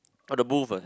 oh the booth ah